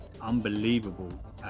unbelievable